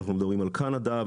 אנחנו מדברים על קנדה,